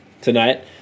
tonight